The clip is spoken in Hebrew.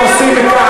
מה שאתם עושים,